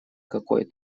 какой